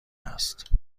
است